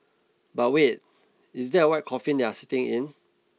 but wait is that a white coffin they are sitting in